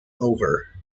over